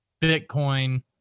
Bitcoin